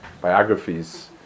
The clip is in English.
biographies